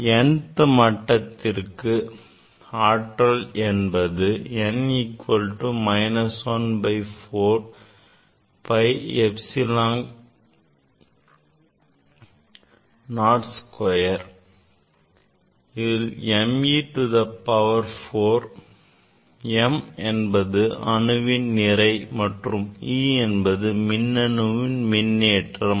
n th மட்டத்திற்கு ஆற்றல் என்பது n equal to minus 1 by 4 pi epsilon 0 square m e to the power 4 m என்பது அணுவின் நிறை மற்றும் e என்பது மின்னணுவின் மின்னேற்றம்